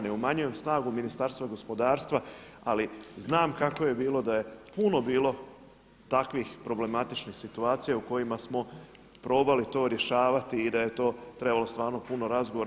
Ne umanjujem snagu Ministarstva gospodarstva ali znam kako bi bilo da je puno bilo takvih problematičnih situacija u kojima smo probali to rješavati i da je to trebalo stvarno puno razgovora.